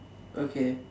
okay